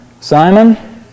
Simon